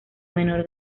menor